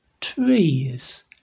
trees